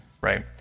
Right